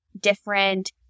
different